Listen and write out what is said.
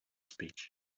speech